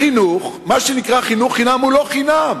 בחינוך, מה שנקרא חינוך חינם הוא לא חינם,